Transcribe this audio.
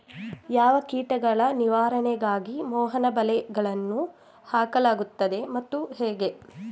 ಯಾವ ಕೀಟಗಳ ನಿವಾರಣೆಗಾಗಿ ಮೋಹನ ಬಲೆಗಳನ್ನು ಹಾಕಲಾಗುತ್ತದೆ ಮತ್ತು ಹೇಗೆ?